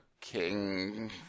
King